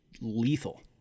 lethal